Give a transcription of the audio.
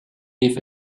beef